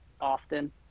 often